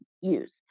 use